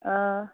آ